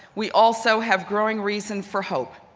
we also have growing reason for hope.